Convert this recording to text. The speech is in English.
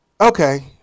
okay